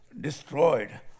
destroyed